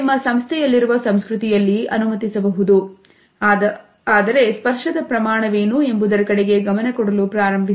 ನಿಮ್ಮ ಸಂಸ್ಥೆಯಲ್ಲಿರುವ ಸಂಸ್ಕೃತಿಯಲ್ಲಿ ಅನುಮತಿಸಬಹುದು ಆದ ಸ್ಪರ್ಶದ ಪ್ರಮಾಣವೇನು ಎಂಬುದರ ಕಡೆಗೆ ಗಮನ ಕೊಡಲು ಪ್ರಾರಂಭಿಸಿ